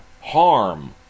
harm